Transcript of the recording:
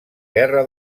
guerra